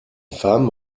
femme